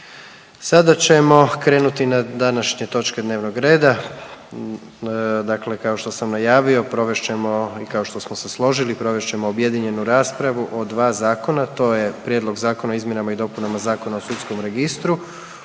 Sada ćemo krenuti na današnje točke dnevnog reda, dakle kao što sam najavio provest ćemo i kao što smo se složili provest ćemo objedinjenu raspravu o dva zakona, to je: - Prijedlog zakona o izmjenama i dopunama Zakona o sudskom registru,